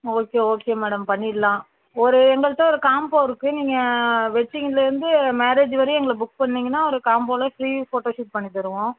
okay okay madam பண்ணிடலாம் ஒரு எங்கள்ட்ட ஒரு காம்போ இருக்குது நீங்கள் வெட்டிங்லேருந்து மேரேஜு வரையும் எங்களை புக் பண்ணீங்கன்னா ஒரு காம்போவில் ஃப்ரீ ஃபோட்டோ ஷூட் பண்ணித்தருவோம்